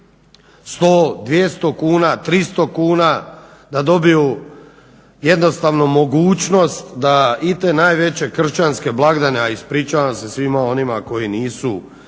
100, 200, 300 kuna da dobiju jednostavno mogućnost da i te najveće kršćanske blagdane, a ispričavam se svima onima koji nisu